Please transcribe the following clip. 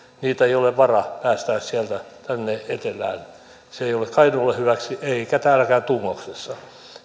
niitä ei ole varaa päästää sieltä tänne etelään se ei ole kainuulle hyväksi eikä täälläkään tungoksessa